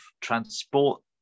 transport